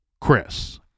Chris